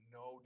no